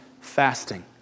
fasting